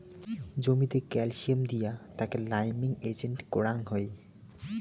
জমিতে ক্যালসিয়াম দিয়া তাকে লাইমিং এজেন্ট করাং হই